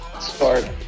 start